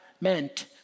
meant